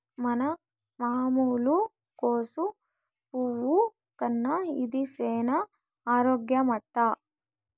మన మామూలు కోసు పువ్వు కన్నా ఇది సేన ఆరోగ్యమట